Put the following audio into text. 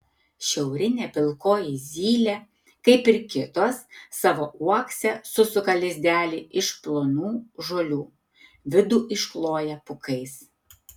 šiaurinė pilkoji zylė kaip ir kitos savo uokse susuka lizdelį iš plonų žolių vidų iškloja pūkais